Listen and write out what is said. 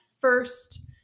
first